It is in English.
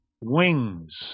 Wings